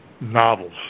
novels